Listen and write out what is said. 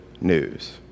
news